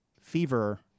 fever